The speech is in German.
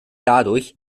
dadurch